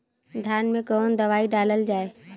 धान मे कवन दवाई डालल जाए?